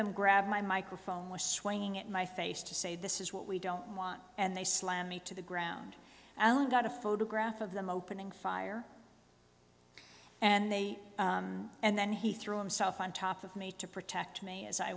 them grabbed my microphone was swinging at my face to say this is what we don't want and they slammed me to the ground allen got a photograph of them opening fire and they and then he threw himself on top of me to protect me as i